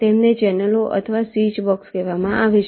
તેમને ચેનલો અથવા સ્વીચ બોક્સ કહેવામાં આવે છે